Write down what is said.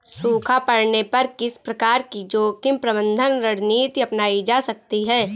सूखा पड़ने पर किस प्रकार की जोखिम प्रबंधन रणनीति अपनाई जा सकती है?